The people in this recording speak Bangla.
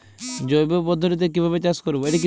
জৈব পদ্ধতিতে কিভাবে চাষ করব?